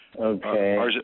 Okay